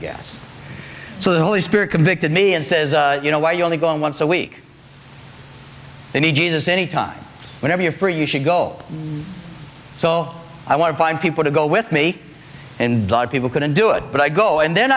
guess so the holy spirit convicted me and says you know why you only go on once a week they need jesus any time whenever you're free you should go so i want to find people to go with me and lot of people couldn't do it but i go and then